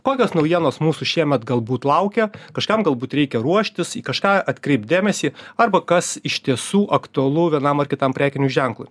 kokios naujienos mūsų šiemet galbūt laukia kažkam galbūt reikia ruoštis į kažką atkreipt dėmesį arba kas iš tiesų aktualu vienam ar kitam prekiniui ženklui